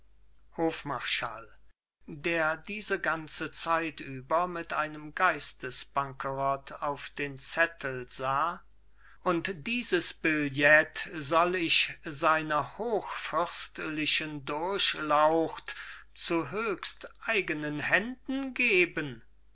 hofmarschall der diese ganze zeit über mit einem geistesbankerott auf den zettel sah und dieses billet soll ich seiner hochfürstlichen durchlaucht zu höchsteigenen händen geben